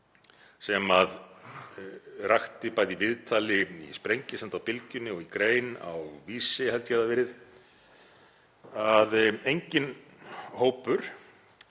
sem rakti bæði í viðtali á Sprengisandi á Bylgjunni og í grein á Vísi, held ég að hafi verið, að enginn hópur